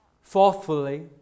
Fourthly